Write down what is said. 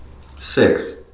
Six